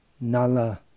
Nala